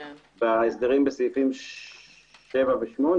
וההסדרים בסעיפים 7 ו-8